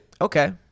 okay